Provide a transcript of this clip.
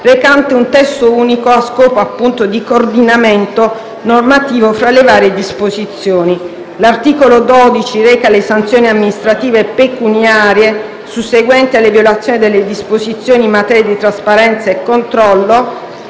recante un testo unico a scopo di coordinamento normativo fra le varie disposizioni. L'articolo 12 reca le sanzioni amministrative pecuniarie susseguenti alle violazioni delle disposizioni in materia di trasparenza e controllo.